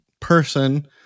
person